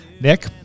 Nick